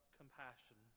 compassion